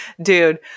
Dude